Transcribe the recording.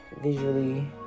visually